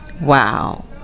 Wow